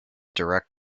direct